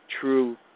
true